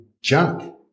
junk